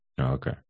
Okay